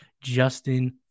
Justin